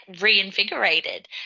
reinvigorated